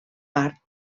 part